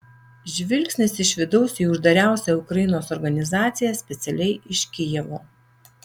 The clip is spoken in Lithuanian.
žvilgsnis iš vidaus į uždariausią ukrainos organizaciją specialiai iš kijevo